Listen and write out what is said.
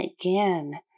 again